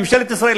ממשלת ישראל,